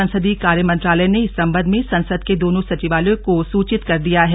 संसदीय कार्य मंत्रालय ने इस संबंध में संसद के दोनों सचिवालयों को सुचित कर दिया है